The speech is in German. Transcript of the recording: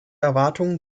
erwartungen